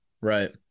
Right